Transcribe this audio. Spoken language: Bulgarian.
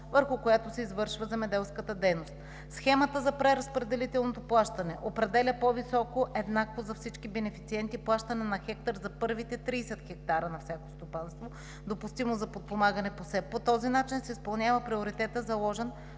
върху която се извършва земеделската дейност. Схемата за преразпределителното плащане определя по високо, еднакво за всички бенефициенти плащане на хектар за първите 30 хектара на всяко стопанство, допустимо за подпомагане по СЕПП. По този начин се изпълнява приоритетът, заложен